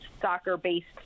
soccer-based